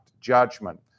judgment